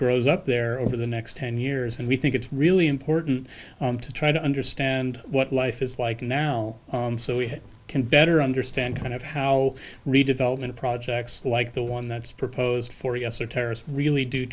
grows up there over the next ten years and we think it's really important to try to understand what life is like now so we can better understand kind of how redevelopment projects like the one that's proposed for us are terrorists really do